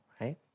right